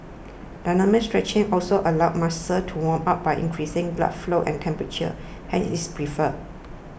dynamic stretching also allows muscles to warm up by increasing blood flow and temperature hence it's preferred